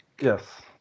Yes